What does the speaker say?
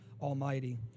Almighty